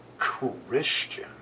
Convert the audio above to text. Christian